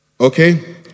Okay